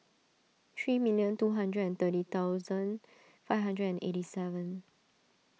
three million two hundred and thirty thousand five hundred and eighty seven